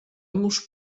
nuż